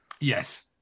Yes